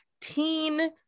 teen